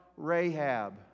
Rahab